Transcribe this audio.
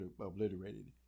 obliterated